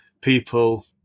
people